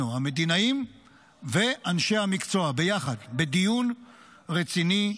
אנחנו, המדינאים ואנשי המקצוע, ביחד, בדיון רציני,